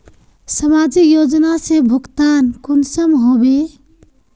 समाजिक योजना से भुगतान कुंसम होबे?